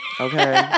Okay